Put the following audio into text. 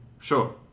Sure